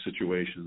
situations